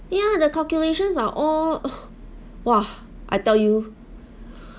ya the calculations are all !wah! I tell you